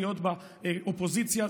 להיות באופוזיציה,